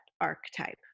archetype